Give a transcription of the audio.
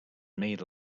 made